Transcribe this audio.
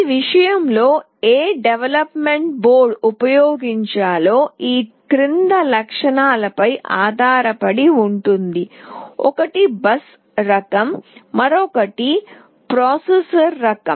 ఈ విషయంలో ఏ అభివృద్ధి బోర్డు ఉపయోగించాలో ఈ క్రింది లక్షణాలపై ఆధారపడి ఉంటుంది ఒకటి బస్సు రకం మరొకటి ప్రాసెసర్ రకం